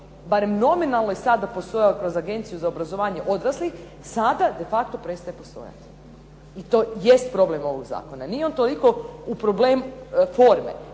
barem nominalno sada postojao kroz Agenciju za obrazovanje odraslih sada de facto prestaje postojati. I to jest problem ovog Zakona, nije on toliko problem forme,